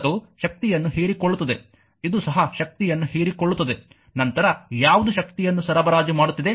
ಪ್ರತಿರೋಧಕವು ಶಕ್ತಿಯನ್ನು ಹೀರಿಕೊಳ್ಳುತ್ತದೆ ಇದು ಸಹ ಶಕ್ತಿಯನ್ನು ಹೀರಿಕೊಳ್ಳುತ್ತದೆ ನಂತರ ಯಾವುದು ಶಕ್ತಿಯನ್ನು ಸರಬರಾಜು ಮಾಡುತ್ತಿದೆ